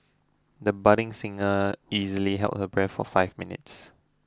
the budding singer easily held her breath for five minutes